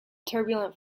turbulent